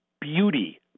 Beauty